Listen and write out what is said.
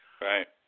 Right